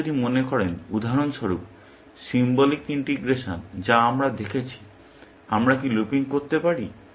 আপনি যদি মনে করেন উদাহরণস্বরূপ সিম্বলিক ইন্টিগ্রেশন যা আমরা দেখেছি আমরা কি লুপিং করতে পারি